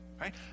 Right